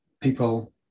people